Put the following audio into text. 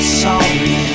sorry